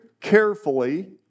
carefully